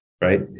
right